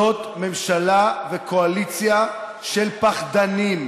זאת ממשלה וקואליציה של פחדנים.